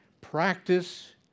practice